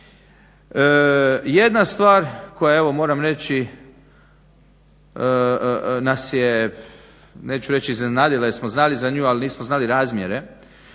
Jedna stvar koja evo moram reći nas je neću reći iznenadila jer smo znali za nju, ali nismo znali razmjere,